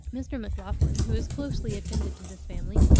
mr. maclachlan, who has closely attended to this family,